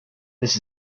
this